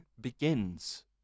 begins